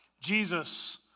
Jesus